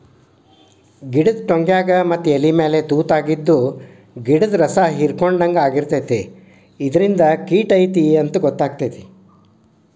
ಗಿಡದ ಟ್ವಂಗ್ಯಾಗ ಮತ್ತ ಎಲಿಮ್ಯಾಲ ತುತಾಗಿದ್ದು ಗಿಡ್ದ ರಸಾಹಿರ್ಕೊಡ್ಹಂಗ ಆಗಿರ್ತೈತಿ ಇದರಿಂದ ಕಿಟ ಐತಿ ಅಂತಾ ಗೊತ್ತಕೈತಿ